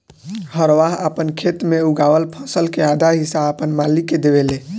हरवाह आपन खेत मे उगावल फसल के आधा हिस्सा आपन मालिक के देवेले